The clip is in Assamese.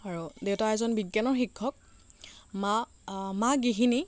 আৰু দেউতা এজন বিজ্ঞানৰ শিক্ষক মা মা গৃহিণী